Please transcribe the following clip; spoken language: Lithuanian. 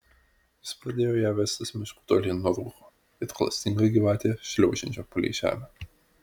jis pradėjo ją vestis mišku tolyn nuo rūko it klastinga gyvatė šliaužiančio palei žemę